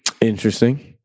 Interesting